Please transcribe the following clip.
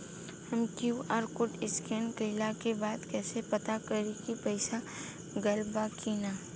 हम QR code scan कइला के बाद कइसे पता करि की पईसा गेल बा की न?